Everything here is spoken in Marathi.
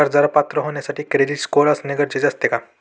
कर्जाला पात्र होण्यासाठी क्रेडिट स्कोअर असणे गरजेचे असते का?